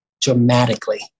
dramatically